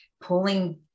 pulling